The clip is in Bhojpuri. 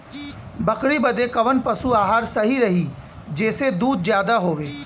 बकरी बदे कवन पशु आहार सही रही जेसे दूध ज्यादा होवे?